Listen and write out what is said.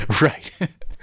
right